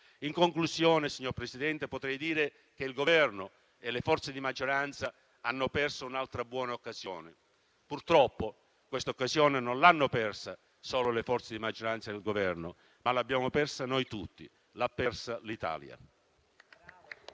In conclusione, signor Presidente, potrei dire che il Governo e le forze di maggioranza hanno perso un'altra buona occasione. Purtroppo questa occasione non l'hanno persa solo le forze di maggioranza e il Governo, ma l'abbiamo persa noi tutti, l'ha persa l'Italia.